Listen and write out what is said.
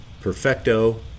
Perfecto